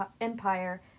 empire